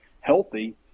healthy